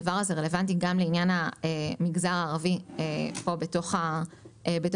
הדבר הזה רלוונטי גם לעניין המגזר הערבי פה בתוך הדיון,